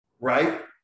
Right